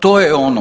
To je ono.